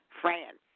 France